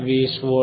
20V आहे